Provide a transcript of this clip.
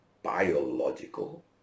biological